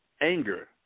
anger